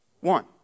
one